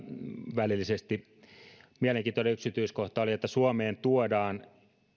välillisesti mielenkiintoinen yksityiskohta oli että suomeen tuodaan